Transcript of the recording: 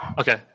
Okay